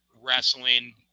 wrestling